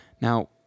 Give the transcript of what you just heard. Now